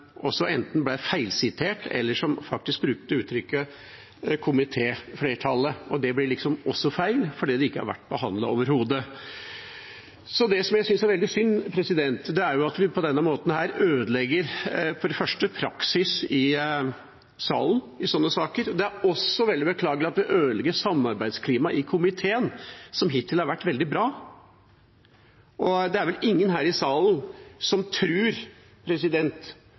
også at det var presidenten som enten ble feilsitert eller faktisk brukte uttrykket «komitéflertallet», og det ble også feil, fordi det overhodet ikke har vært behandlet. Det jeg synes er veldig synd, er for det første at vi på denne måten ødelegger praksisen i salen i sånne saker. Det er også veldig beklagelig at det ødelegger samarbeidsklimaet i komiteen, som hittil har vært veldig bra. Det er vel ingen her i salen som